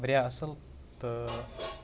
واریاہ اصٕل تہٕ